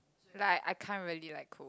like I can't really like cook